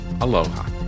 aloha